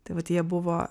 tai vat jie buvo